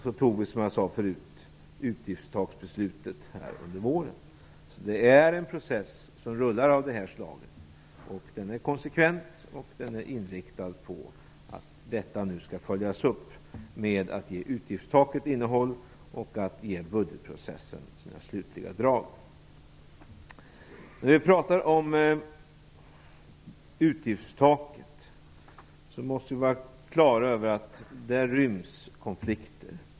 Som jag sade förut tog vi utgiftstaksbeslutet här under våren. Det är alltså en process av det här slaget som rullar. Den är konsekvent och den är inriktad på att detta nu skall följas upp med att utgiftstaket får ett innehåll och med att budgetprocessen ges sina slutliga drag. När vi pratar om utgiftstaket måste vi vara klara över att där ryms konflikter.